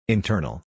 Internal